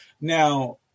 Now